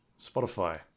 Spotify